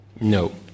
No